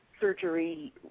surgery